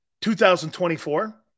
2024